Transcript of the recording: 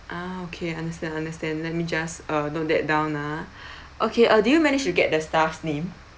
ah okay understand understand let me just uh note that down ah okay uh do you managed to get the staff's name